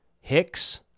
Hicks